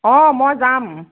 অঁ মই যাম